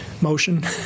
motion